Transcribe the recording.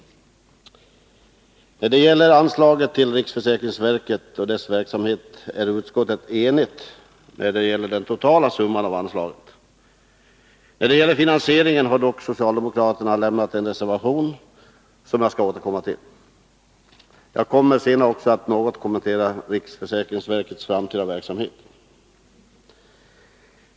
Beträffande anslaget till riksförsäkringsverket och dess verksamhet är utskottet enigt om den totala summan. När det gäller finansieringen har dock socialdemokraterna avlämnat en reservation, och jag skall senare återkomma till denna. Vidare skall jag också något kommentera riksförsäkringsverkets framtida verksamhet.